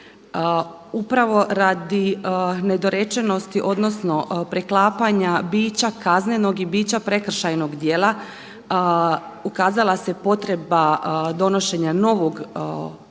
Upravo radi nedorečenosti, odnosno preklapanja bića kaznenog i bića prekršajnog djela ukazala se potreba donošenja novog Zakona